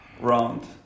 round